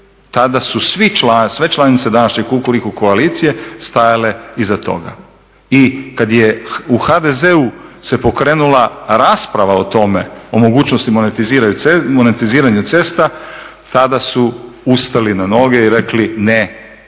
Tada su sve članice današnje Kukuriku koalicije stajale iza toga. I kad je u HDZ-u se pokrenula rasprava o tome, o mogućnostima monetizacije cesta tada su ustali na noge i rekli ne